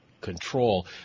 control